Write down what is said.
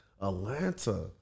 Atlanta